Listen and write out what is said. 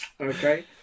Okay